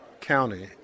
county